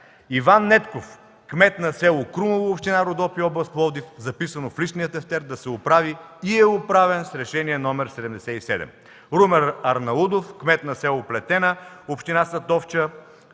Иван Недков – кмет на с. Крумово, община Родопи, област Пловдив. Записано в личния тефтер „да се оправи” и „е оправен” с Решение № 77. - Румен Арнаудов – кмет на с. Плетена, община Сатовча,